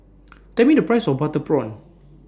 Tell Me The Price of Butter Prawn